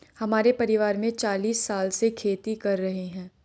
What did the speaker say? हमारे परिवार में चालीस साल से खेती कर रहे हैं